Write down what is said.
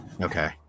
Okay